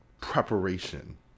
Preparation